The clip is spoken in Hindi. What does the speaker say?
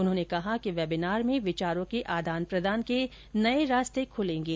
उन्होंने कहा कि वेबिनार में विचारों के आदान प्रदान के नए रास्ते खूलेंगे